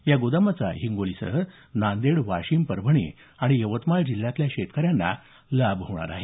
या गोदामाचा हिंगोलीसह नांदेड वाशिम परभणी आणि यवतमाळ जिल्ह्यातल्या शेतकऱ्यांना लाभ होणार आहे